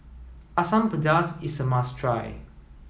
Asam Pedas is a must try